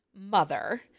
mother